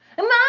Mom